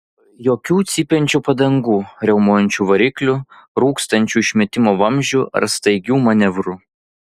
jokių cypiančių padangų riaumojančių variklių rūkstančių išmetimo vamzdžių ar staigių manevrų